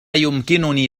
يمكنني